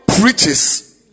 preaches